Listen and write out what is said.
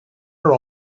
her